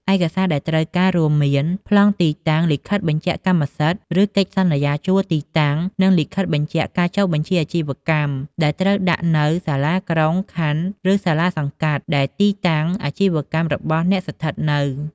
ឯកសារដែលត្រូវការរួមមាន ប្លង់ទីតាំង លិខិតបញ្ជាក់កម្មសិទ្ធិ ឬកិច្ចសន្យាជួលទីតាំង និង លិខិតបញ្ជាក់ការចុះបញ្ជីអាជីវកម្ម ដែលត្រូវដាក់នៅ សាលាក្រុង ខណ្ឌ ឬ សាលាសង្កាត់ ដែលទីតាំងអាជីវកម្មរបស់អ្នកស្ថិតនៅ។